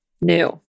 new